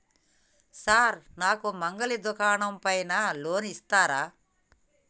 Sir నాకు మంగలి దుకాణం పైన లోన్ ఇత్తరా?